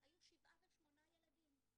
היו שבעה ושמונה ילדים,